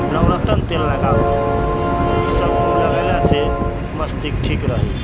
नवरतन तेल लगाउ ईसब लगेलासँ मस्तिष्क ठीक रहै हइ